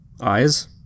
eyes